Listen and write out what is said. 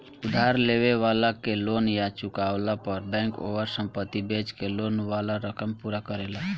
उधार लेवे वाला के लोन ना चुकवला पर बैंक ओकर संपत्ति बेच के लोन वाला रकम पूरा करेला